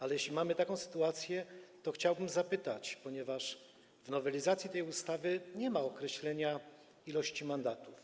Ale jeśli mamy taką sytuację, to chciałbym o to zapytać, ponieważ w nowelizacji tej ustawy nie ma określenia liczby mandatów.